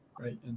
right